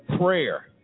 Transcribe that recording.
prayer